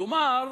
כלומר,